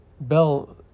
Bell